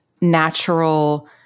natural